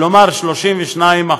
כלומר ,32%,